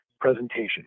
presentation